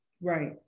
Right